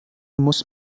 muss